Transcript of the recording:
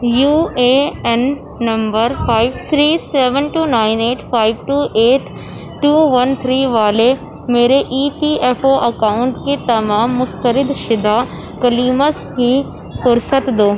you A N number five three seven two nine eight five two eight two one three والے میرے E P F O account کے تمام مسترد شدہ claims کی فہرست دو